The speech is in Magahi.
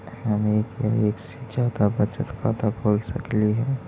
हम एक या एक से जादा बचत खाता खोल सकली हे?